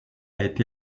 été